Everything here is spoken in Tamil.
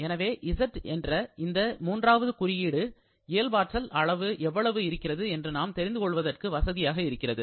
எனவே z என்ற இந்த மூன்றாவது குறியீடு இயல்பாற்றல் எவ்வளவு இருக்கிறது என்று நாம் தெரிந்து கொள்வதற்கு வசதியாக இருக்கிறது